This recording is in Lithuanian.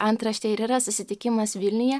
antraštė ir yra susitikimas vilniuje